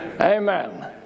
Amen